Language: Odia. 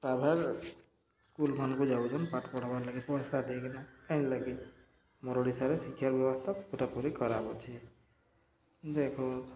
ଟ୍ରାଭେଲ୍ ସ୍କୁଲମାନଙ୍କୁ ଯାଉଛନ୍ ପାଠ ପଢ଼ବାର୍ ଲାଗି ପଇସା ଦେଇକିନା କାହିଁ ଲାଗି ଆମର ଓଡ଼ିଶାରେ ଶିକ୍ଷା ବ୍ୟବସ୍ଥା ପୁରାପୁରି ଖରାପ ଅଛି ଦେଖ